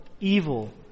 evil